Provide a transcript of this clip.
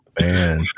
Man